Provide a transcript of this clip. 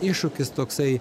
iššūkis toksai